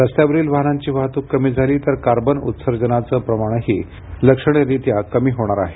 रस्त्यावरील वाहनांची वाहतूक कमी झाली तर कार्बन उत्सर्जनाचं प्रमाणही लक्षणीयरीत्या कमी होणार आहे